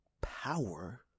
power